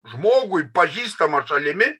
žmogui pažįstama šalimi